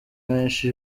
benshi